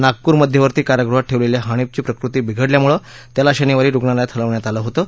नागपूर मध्यवर्ती कारागृहात ठेवलेल्या हनिफची प्रकृती बिघडल्यामुळं त्याला शनिवारी रुग्णालयात हलवण्यात आलं होतं